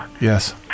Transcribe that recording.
Yes